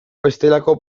bestelako